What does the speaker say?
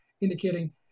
indicating